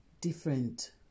different